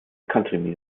country